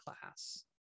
class